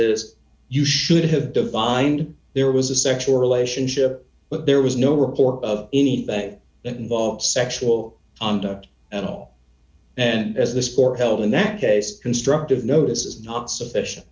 d you should have divined there was a sexual relationship but there was no report of anything that involves sexual conduct at all and as the sport held in that case constructive notice is not sufficient